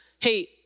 Hey